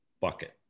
bucket